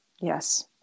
Yes